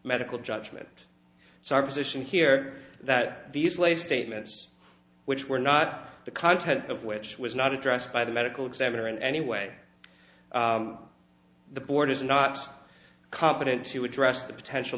medical judgment so our position here that these lay statements which were not the content of which was not addressed by the medical examiner in any way the board is not competent to address the potential